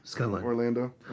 Orlando